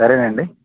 సరే అండి